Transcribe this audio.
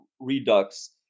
Redux